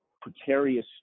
precarious